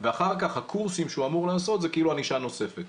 ואחר כך הקורסים שהוא אמור לעשות זה כאילו ענישה נוספת.